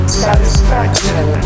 satisfaction